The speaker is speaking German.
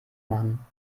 machen